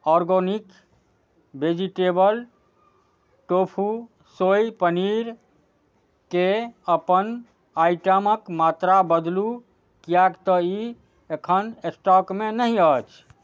organic vegetable tofu soy पनीरके अपन आइटमक मात्रा बदलु किएक तऽ ई एखन स्टॉकमे नहि अछि